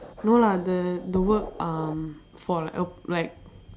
no lah the the work um for err like